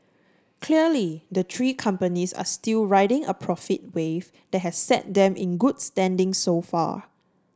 clearly the three companies are still riding a profit wave that has set them in good standing so far